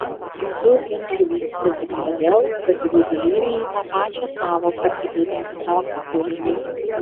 mat daug ginčų vyksta tik todėl kad jų dalyviai į tą pačią sąvoką įdeda kitokį turinį